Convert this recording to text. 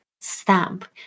stamp